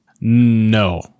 No